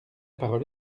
parole